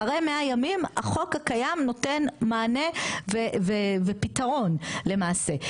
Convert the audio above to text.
אחרי 100 ימים החוק הקיים נותן מענה ופתרון למעשה.